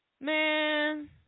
Man